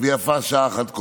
ויפה שעה אחת קודם.